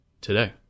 today